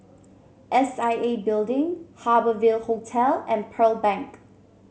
S I A Building Harbour Ville Hotel and Pearl Bank